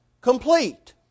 complete